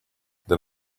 then